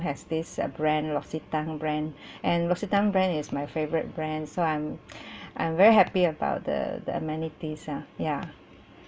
has this uh brand l'occitane brand and l'occitane brand is my favourite brand so I'm I'm very happy about the the amenities ah ya